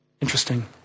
Interesting